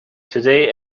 today